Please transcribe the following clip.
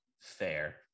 fair